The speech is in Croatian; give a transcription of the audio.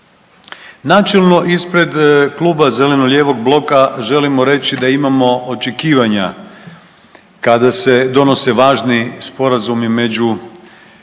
Načelno ispred Kluba zeleno-lijevo bloka želimo reći da imamo očekivanja kada se donose važni sporazumi među